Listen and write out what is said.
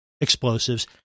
explosives